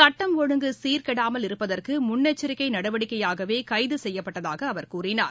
சுட்டம் ஒழுங்கு சீர்கெடாமல் இருப்பதற்கு முன்னெச்சரிக்கை நடவடிக்கையாகவே கைகி செய்யப்பட்டதாக அவர் கூறினார்